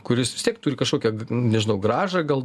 kuris vis tiek turi kažkokią nežinau grąža gal